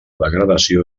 degradació